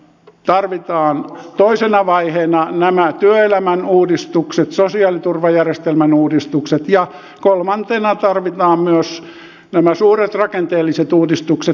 tarvitaan toisena vaiheena nämä työelämän uudistukset sosiaaliturvajärjestelmän uudistukset ja kolmantena tarvitaan myös nämä suuret rakenteelliset uudistukset